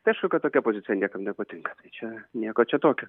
tai aišku kad tokia pozicija niekam nepatinka čia nieko čia tokio